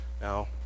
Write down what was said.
Now